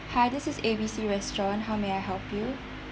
hi this is A B C restaurant how may I help you